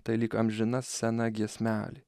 tai lyg amžina sena giesmelė